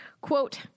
Quote